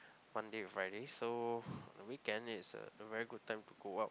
Monday to Friday so a weekend is a very good time to go out